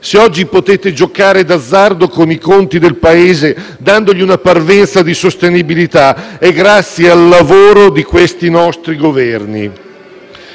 Se oggi potete giocare d'azzardo con i conti del Paese dandogli una parvenza di sostenibilità, è grazie al lavoro di questi nostri Governi.